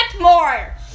more